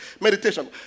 Meditation